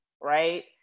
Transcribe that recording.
right